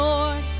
Lord